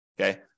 okay